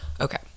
okay